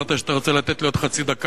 אמרת שאתה רוצה לתת לי עוד חצי דקה.